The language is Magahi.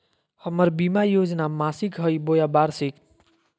हमर बीमा योजना मासिक हई बोया वार्षिक?